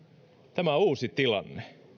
tämä on uusi tilanne